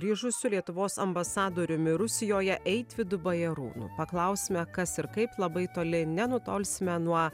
grįžusiu lietuvos ambasadoriumi rusijoje eitvydu bajarūnu paklausime kas ir kaip labai toli nenutolsime nuo